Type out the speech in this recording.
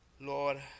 Lord